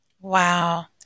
Wow